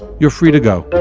you're free to go.